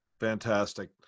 Fantastic